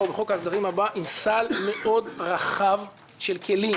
מאוד רחב של כלים,